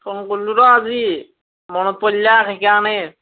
phone কৰিলোঁ ৰ আজি মনত পৰিলাক সেইকাৰণে